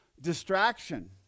distraction